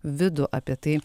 vidų apie tai